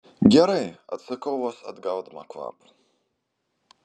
gerai atsakau vos atgaudama kvapą